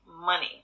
money